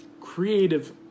creative